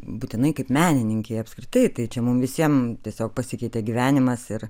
būtinai kaip menininkei apskritai tai čia mum visiem tiesiog pasikeitė gyvenimas ir